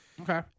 Okay